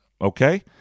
Okay